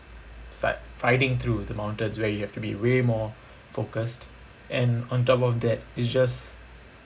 it's like finding through the mountains where you have to be way more focused and on top of that it's just